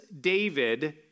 David